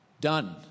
Done